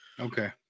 Okay